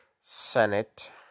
Senate